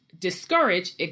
discourage